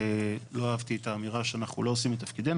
לא אהבתי את האמירה שאנחנו לא עושים את תפקידנו.